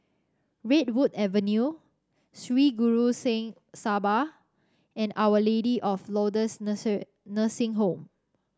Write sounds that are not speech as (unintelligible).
Redwood Avenue Sri Guru Singh Sabha and Our Lady of Lourdes (unintelligible) Nursing Home